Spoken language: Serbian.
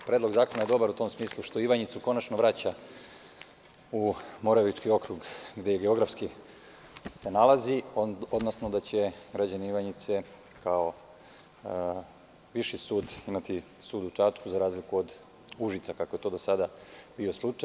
Predlog zakona je dobar u tom smislu što Ivanjicu konačno vraća u Moravički okrug, gde se geografski nalazi, odnosno da će građani Ivanjice kao viši sud imati sud u Čačku, za razliku od Užica, kako je to do sada bio slučaj.